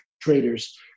traders